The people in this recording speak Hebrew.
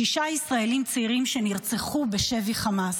שישה ישראלים צעירים שנרצחו בשבי חמאס: